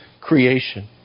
creation